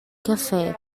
caffé